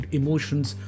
emotions